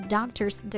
Doctor's